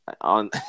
on